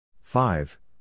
five